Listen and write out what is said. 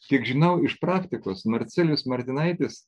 kiek žinau iš praktikos marcelijus martinaitis